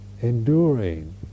enduring